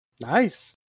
Nice